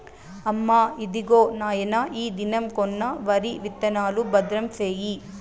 అమ్మా, ఇదిగో నాయన ఈ దినం కొన్న వరి విత్తనాలు, భద్రం సేయి